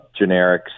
generics